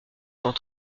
cent